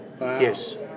Yes